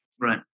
Right